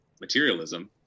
materialism